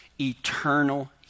eternal